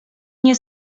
nie